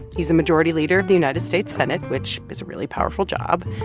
he's the majority leader of the united states senate, which is a really powerful job.